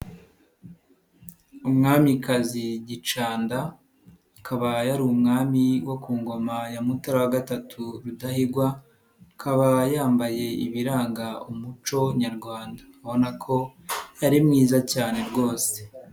Umwamikazi Gicanda akaba yari umwami wo ku ngoma ya Mutara wa gatatu Rudahigwa akaba yambaye ibiranga umuco nyarwanda, ubona ko yari mwiza cyane rwose.